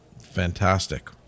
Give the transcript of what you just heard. fantastic